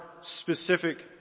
specific